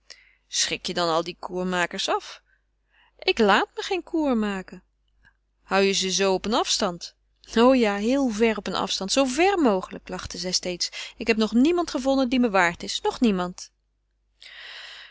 schrik je dan al de courmakers af ik laat me geen cour maken hou je ze dan zoo op een afstand o ja heel ver op een afstand zoo ver mogelijk lachte zij steeds ik heb nog niemand gevonden die me waard is nog niemand